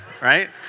right